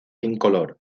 incoloro